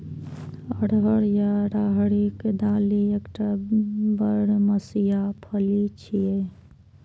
अरहर या राहरिक दालि एकटा बरमसिया फली छियै